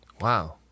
Wow